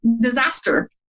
disaster